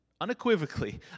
unequivocally